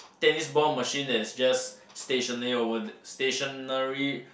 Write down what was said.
tennis ball machine that's just stationary over stationary